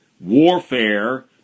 warfare